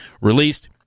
released